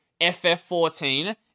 FF14